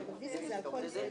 הרביזיה זה על כל הסתייגות,